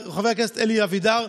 חבר הכנסת אלי אבידר,